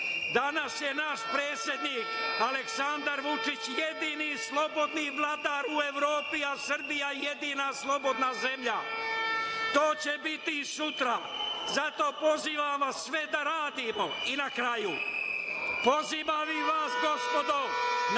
danas je naš predsednik Aleksandar Vučić jedini slobodni vladar u Evropi, a Srbija jedina slobodna zemlja, to će biti i sutra, zato pozivamo sve da radimo. Na kraju, pozivam i vas, gospodo, na